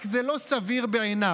רק שזה לא סביר בעיניו.